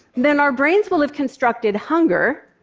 then our brains will have constructed hunger,